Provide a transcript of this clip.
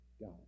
God